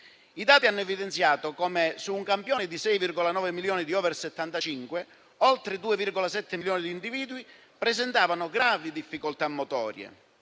I dati hanno evidenziato come su un campione di 6,9 milioni di ultrasettantacinquenni, oltre 2,7 milioni di individui presentavano gravi difficoltà motorie: